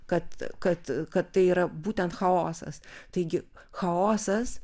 kad kad kad tai yra būtent chaosas taigi chaosas